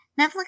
Netflix